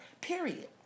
Period